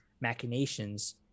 machinations